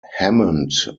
hammond